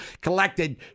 collected